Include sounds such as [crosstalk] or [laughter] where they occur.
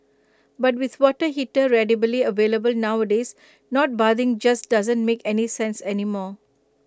but with water heater [unintelligible] available nowadays not bathing just doesn't make any sense anymore